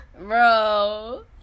Bro